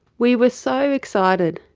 we were so excited,